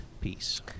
PEACE